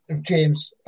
James